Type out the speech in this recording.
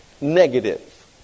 negative